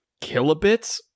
kilobits